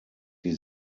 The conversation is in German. die